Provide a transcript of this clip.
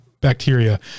bacteria